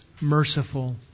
merciful